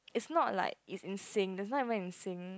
is not like is in sync there's not even in sync